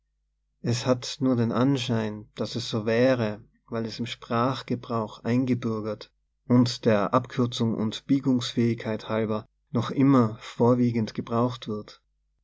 es hat nur den anschein daß es so wäre weil es im sprachgebrauch eingebürgert und der ab kürzung und biegungsfähigkeit halber noch immer vorwiegend gebraucht wird